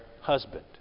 husband